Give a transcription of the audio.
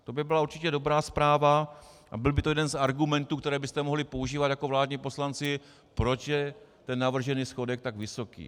To by byla určitě dobrá zpráva a byl by to jeden z argumentů, které byste mohli používat jako vládní poslanci, proč je ten navržený schodek tak vysoký.